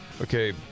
Okay